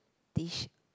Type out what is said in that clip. dish